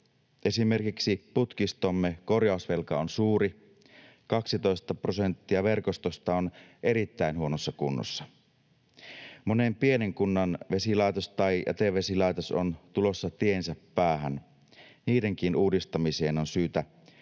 Esimerkiksi putkistomme korjausvelka on suuri. 12 prosenttia verkostosta on erittäin huonossa kunnossa. Monen pienen kunnan vesilaitos tai jätevesilaitos on tulossa tiensä päähän. Niidenkin uudistamiseen on syytä